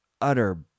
utter